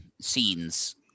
scenes